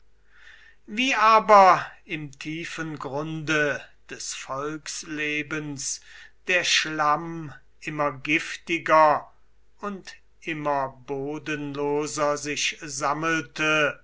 wie aber im tiefen grunde des volkslebens der schlamm immer giftiger und immer bodenloser sich sammelte